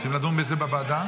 רוצים לדון בזה בוועדה?